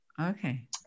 okay